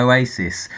Oasis